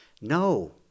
No